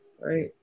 Right